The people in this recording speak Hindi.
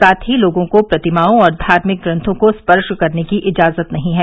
साथ ही लोगों को प्रतिमाओं और धार्मिक ग्रंथों को स्पर्श करने की इजाजत नहीं है